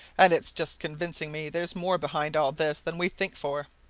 and it's just convincing me there's more behind all this than we think for.